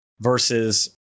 versus